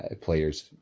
players